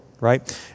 Right